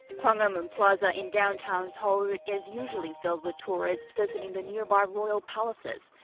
gwanghwamun plaza in downtown seoul is usually filled with tourists visiting the nearby royal palaces.